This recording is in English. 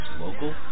local